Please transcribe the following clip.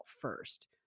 first